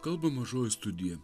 kalba mažoji studija